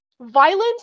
violence